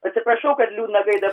atsiprašau kad liūdna gaida